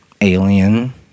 Alien